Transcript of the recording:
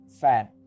fan